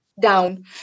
down